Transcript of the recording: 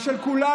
היא של כולנו.